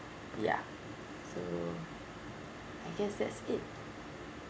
ya so I guess that's it